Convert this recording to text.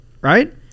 Right